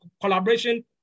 collaboration